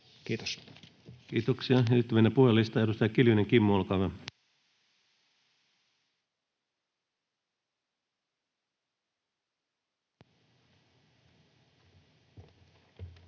Kiitos. Kiitoksia. — Ja nyt mennään puhujalistaan. — Edustaja Kiljunen Kimmo, olkaa hyvä.